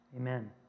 amen